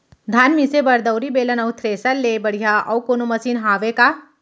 धान मिसे बर दउरी, बेलन अऊ थ्रेसर ले बढ़िया अऊ कोनो मशीन हावे का?